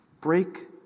break